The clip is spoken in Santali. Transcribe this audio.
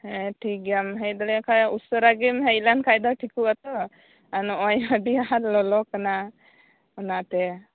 ᱦᱮᱸ ᱴᱷᱤᱠ ᱜᱮᱭᱟ ᱟᱢ ᱦᱮᱡ ᱫᱟᱲᱮᱭᱟᱜ ᱠᱷᱟᱡ ᱩᱥᱟᱹᱨᱟ ᱜᱮᱢ ᱦᱮᱡ ᱞᱮᱱ ᱠᱷᱟᱡ ᱫᱚ ᱴᱷᱤᱠ ᱠᱚᱜᱼᱟ ᱛᱚ ᱱᱚᱜ ᱚᱭ ᱟᱰᱤ ᱟᱸᱴ ᱞᱚᱞᱚ ᱠᱟᱱᱟ ᱚᱱᱟ ᱛᱮ